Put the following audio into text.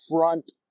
front